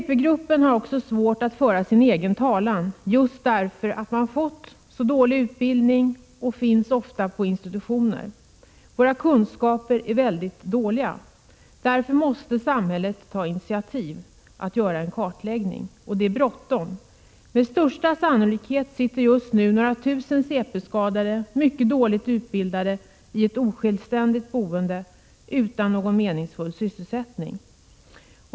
CP-gruppen har svårt att föra sin egen talan, just därför att de har fått så dålig utbildning och ofta finns på institutioner. Våra kunskaper är mycket dåliga. Därför måste samhället ta initiativ till en kartläggning. Och det är bråttom. Med största sannolikhet sitter just nu flera tusen CP-skadade, mycket dåligt utbildade, i ett osjälvständigt boende utan någon meningsfull sysselsättning.